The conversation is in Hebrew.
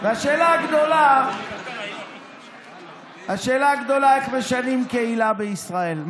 והשאלה הגדולה: איך משנים קהילה בישראל?